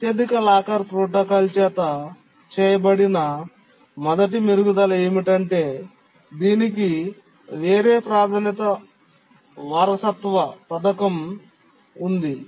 అత్యధిక locker protocol చేత చేయబడిన మొదటి మెరుగుదల ఏమిటంటే దీనికి వేరే ప్రాధాన్యత వారసత్వ పథకం ఉంది